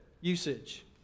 usage